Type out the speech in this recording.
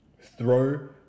throw